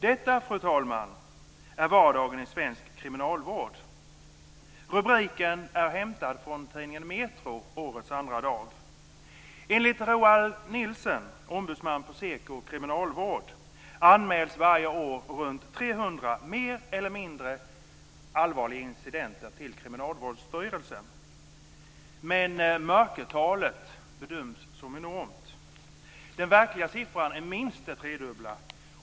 Det, fru talman, är vardagen i svensk kriminalvård. Det här har jag hämtat från tidningen Metro årets andra dag. Enligt Roal Nilssen, ombudsman på SEKO Kriminalvård, anmäls varje år runt 300 mer eller mindre allvarliga incidenter till Kriminalvårdsstyrelsen. Mörkertalet bedöms dock som enormt: "Den verkliga siffran är minst den tredubbla.